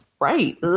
right